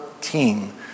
team